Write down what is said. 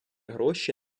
гроші